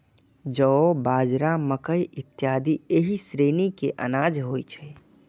जौ, बाजरा, मकइ इत्यादि एहि श्रेणी के अनाज होइ छै